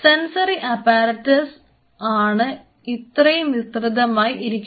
sensory apparatus ആണ് ഇത്രയും വിസ്തൃതമായി ഇരിക്കുന്നത്